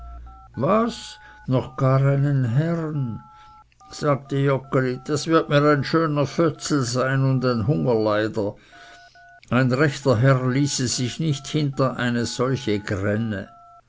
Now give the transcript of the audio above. was noch gar einen herrn sagte joggeli das wird mir ein schöner fötzel sein und ein hungerleider ein rechter herr ließe sich nicht hinter eine solche gränne